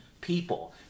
people